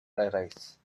arise